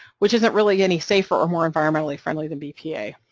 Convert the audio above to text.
which isn't really any safer or more environmentally-friendly than bpa,